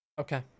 Okay